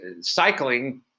cycling